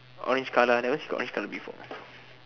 orange colour I never see orange colour before